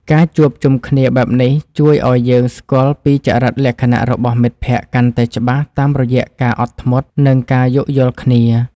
ការជួបជុំគ្នាបែបនេះជួយឱ្យយើងស្គាល់ពីចរិតលក្ខណៈរបស់មិត្តភក្តិកាន់តែច្បាស់តាមរយៈការអត់ធ្មត់ និងការយោគយល់គ្នា។